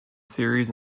series